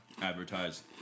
advertise